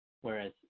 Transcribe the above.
whereas